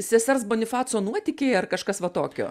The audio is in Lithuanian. sesers bonifaco nuotykiai ar kažkas va tokio